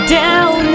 down